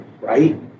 right